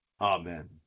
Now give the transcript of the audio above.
Amen